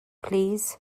plîs